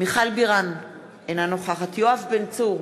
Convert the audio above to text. מיכל בירן, אינה נוכחת יואב בן צור,